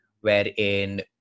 wherein